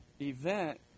event